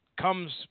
comes